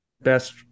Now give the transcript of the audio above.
best